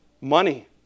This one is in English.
money